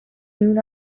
soon